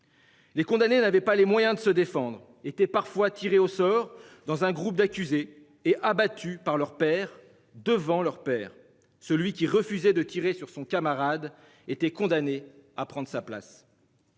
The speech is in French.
Les condamnés n'avait pas les moyens de se défendre était parfois tirés au sort dans un groupe d'accuser et abattus par leurs pairs devant leurs pairs. Celui qui refusaient de tirer sur son camarade était condamné à prendre sa place.